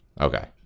Okay